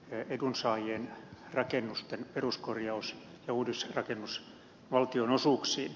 edunsaajien rakennusten peruskorjaus ja uudisrakennus valtionosuuksiin